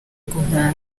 guhunga